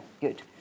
good